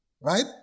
right